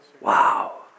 Wow